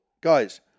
guys